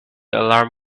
alarm